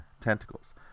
tentacles